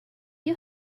you